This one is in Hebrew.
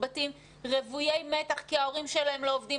בתים רוויי מתח כי ההורים שלהם לא עובדים.